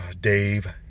Dave